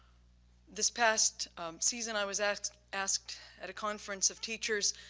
this past season i was asked asked at a conference of teachers,